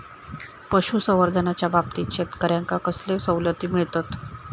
पशुसंवर्धनाच्याबाबतीत शेतकऱ्यांका कसले सवलती मिळतत?